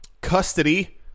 custody